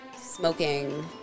Smoking